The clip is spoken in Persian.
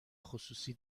خصوصی